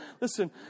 Listen